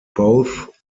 both